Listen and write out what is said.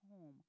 home